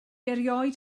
erioed